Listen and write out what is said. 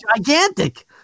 Gigantic